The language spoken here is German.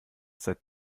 seit